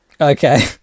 Okay